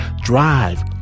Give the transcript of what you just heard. drive